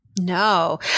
No